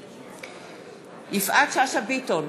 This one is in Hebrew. בעד יפעת שאשא ביטון,